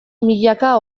milaka